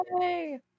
yay